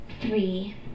Three